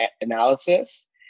analysis